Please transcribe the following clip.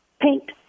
paint